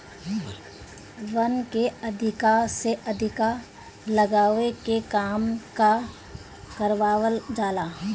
वन के अधिका से अधिका लगावे के काम करवावल जाला